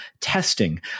testing